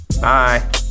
Bye